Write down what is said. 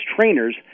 trainers